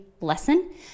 lesson